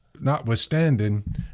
notwithstanding